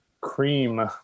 Cream